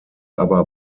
aber